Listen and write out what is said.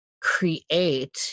create